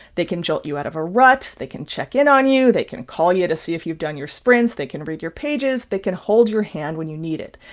they can jolt you out of a rut. they can check in on you. they can call you to see if you've done your sprints. they can read your pages. they can hold your hand when you need it.